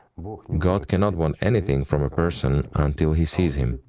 god cannot want anything from a person until he sees him,